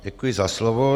Děkuji za slovo.